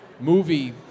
movie